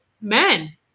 men